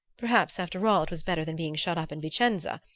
perhaps, after all, it was better than being shut up in vicenza,